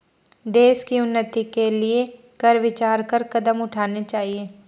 देश की उन्नति के लिए कर विचार कर कदम उठाने चाहिए